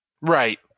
Right